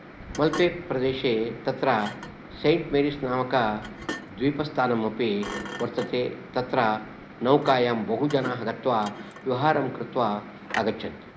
मल्पे प्रदेशे तत्र Saint Mary's नामक द्वीपस्थानमपि वर्तते तत्र नौकायां बहुजनाः गत्वा विहारं कृत्वा आगच्छन्ति